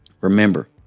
Remember